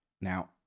Now